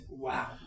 Wow